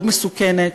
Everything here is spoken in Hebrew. מאוד מסוכנת,